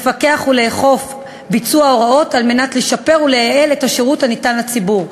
לפקח ולאכוף ביצוע הוראות על מנת לשפר ולייעל את השירות הניתן לציבור.